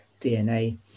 DNA